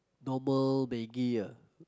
normal maggi ah